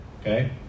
okay